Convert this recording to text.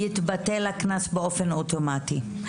יתבטל הקנס באופן אוטומטי.